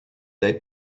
they